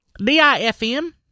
difm